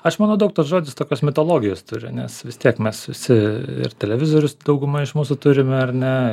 aš manau daug tas žodis tokios mitologijos turi nes vis tiek mes susi ir televizorius dauguma iš mūsų turime ar ne